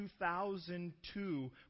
2002